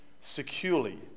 securely